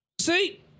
See